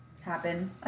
happen